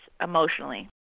emotionally